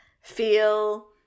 feel